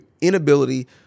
inability